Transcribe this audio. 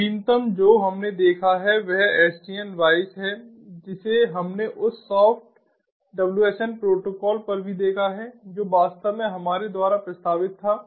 नवीनतम जो हमने देखा है वह SDN WISE है जिसे हमने उस सॉफ्ट WSN प्रोटोकॉल पर भी देखा है जो वास्तव में हमारे द्वारा प्रस्तावित था